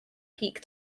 peak